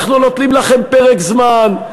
אנחנו נותנים לכם פרק זמן,